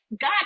God